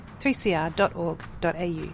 3cr.org.au